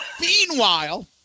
Meanwhile